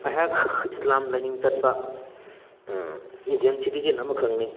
ꯑꯩꯍꯥꯛ ꯏꯁꯂꯥꯝ ꯂꯥꯏꯅꯤꯡ ꯆꯠꯄ ꯏꯟꯗꯤꯌꯥꯟ ꯁꯤꯇꯤꯖꯦꯟ ꯑꯃꯈꯛꯅꯤ